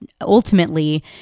ultimately